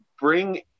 bring